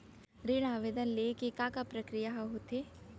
ऋण आवेदन ले के का का प्रक्रिया ह होथे?